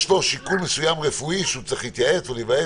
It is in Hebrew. יש לו שיקול מסוים רפואי שהוא צריך להתייעץ או להיוועץ.